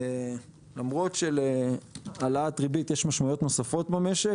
למרות שלהעלאת ריבית יש משמעויות נוספות במשק.